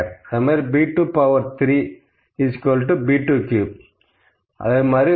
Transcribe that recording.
B2 power 3 என்பது 3 B2 power 4 என்பது 4